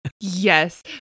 yes